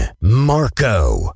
Marco